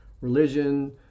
religion